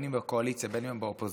אם הם בקואליציה ואם הם באופוזיציה,